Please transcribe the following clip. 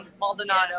Maldonado